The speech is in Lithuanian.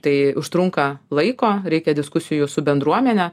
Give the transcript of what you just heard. tai užtrunka laiko reikia diskusijų su bendruomene